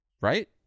right